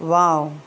wow